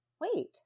wait